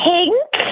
Pink